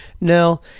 Now